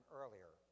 earlier